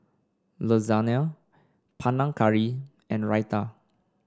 Lasagna Panang Curry and Raita